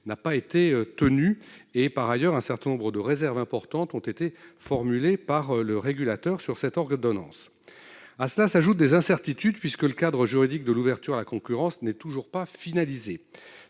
n'a pas été tenu. Par ailleurs, un certain nombre de réserves importantes ont été formulées par le régulateur sur cette ordonnance. À cela s'ajoutent des incertitudes, puisque le cadre juridique de l'ouverture à la concurrence n'est toujours pas finalisé.